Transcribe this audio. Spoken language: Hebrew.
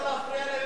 לא נפריע להם,